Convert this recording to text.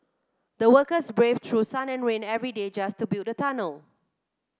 the workers braved through sun and rain every day just to build the tunnel